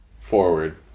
forward